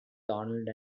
donald